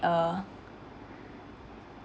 a